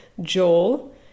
Joel